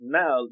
now